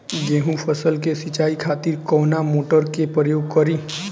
गेहूं फसल के सिंचाई खातिर कवना मोटर के प्रयोग करी?